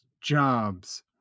jobs